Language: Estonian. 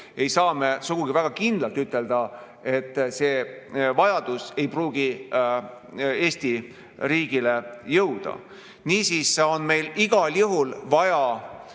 ei saa me sugugi väga kindlalt ütelda, et see vajadus ei pruugi Eesti riigini [tulevikus] jõuda. Niisiis on meil igal juhul vaja